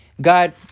God